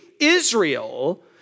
Israel